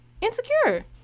Insecure